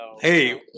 Hey